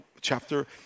Chapter